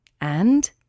And